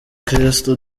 kristo